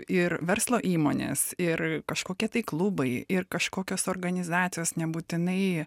ir verslo įmonės ir kažkokie tai klubai ir kažkokios organizacijos nebūtinai